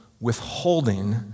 withholding